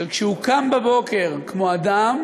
שכשהוא קם בבוקר כמו אדם